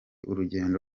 urugendo